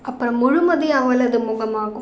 அப்புறோம் முழுமதி அவளது முகமாகும்